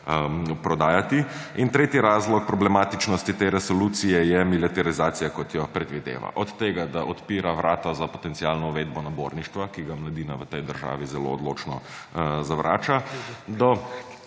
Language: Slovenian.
prodajati. Tretji razlog problematičnosti te resolucije je militarizacija, kot jo predvideva; od tega, da odpira vrata za potencialno uvedbo naborništva, ki ga mladina v tej državi zelo odločno zavrača, do